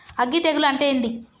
అగ్గి తెగులు అంటే ఏంది?